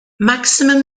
maximum